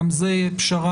גם זו פשרה.